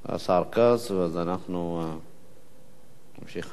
השר כץ, ואז אנחנו נמשיך הלאה.